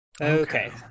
Okay